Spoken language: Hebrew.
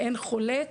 ואין חולק.